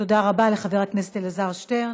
תודה רבה לחבר הכנסת אלעזר שטרן.